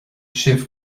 sibh